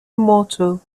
immortal